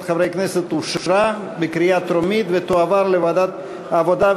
חברי כנסת אושרה בקריאה טרומית ותועבר לוועדת העבודה,